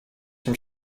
from